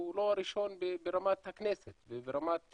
הוא לא הראשון ברמת הכנסת וברמת